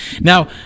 Now